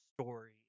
story